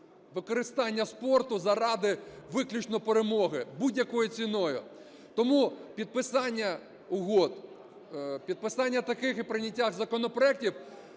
використання спорту заради виключно перемоги будь-якою ціною. Тому підписання угод, підписання таких… і прийняття законопроектів